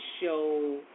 show